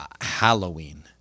Halloween